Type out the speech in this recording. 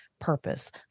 purpose